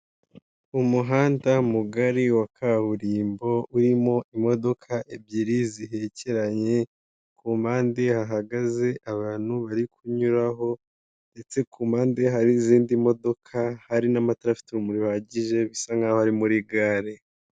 Umuhanda mugari wa kaburimbo urimo imodoka ebyiri zihekeranye, ku mpande hahagaze abantu bari kunyuraho ndetse ku mpande hari izindi modoka, hari n'amatara afite urumuri ruhagije bisa nkaho ari muri gare.